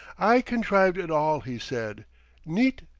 i contrived it all, he said neat,